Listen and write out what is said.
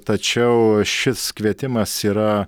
tačiau šis kvietimas yra